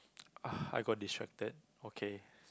ah I got distracted okay